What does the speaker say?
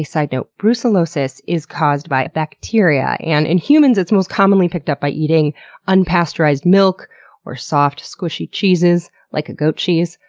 side note brucellosis is caused by bacteria and in humans it's most commonly picked up by eating unpasteurized milk or soft, squishy cheeses like a goat cheese.